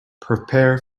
prepare